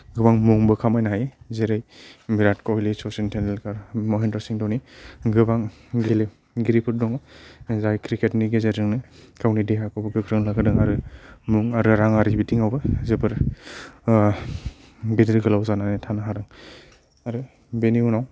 गोबां मुंबो खामायनो हायो जेरै बिराट कहली सचीन तेन्दुलकार महेन्द्र सिं धनी गोबां गेलेगिरिफोर दङ जाय क्रिकेटनि गेजेरजोंनो गावनि देहाखौबो गोख्रों लाखिदों आरो मुं आरो रांआरि बिथिंआवबो जोबोर गिदिर गोलाव जानानै थानो हादों आरो बेनि उनाव